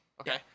okay